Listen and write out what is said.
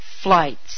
flights